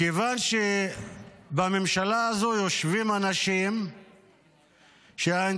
כיוון שבממשלה הזו יושבים אנשים שהאינטרסים